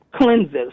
cleanses